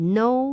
no